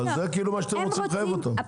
אבל זה כאילו מה שאתם רוצים לחייב אותם.